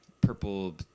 purple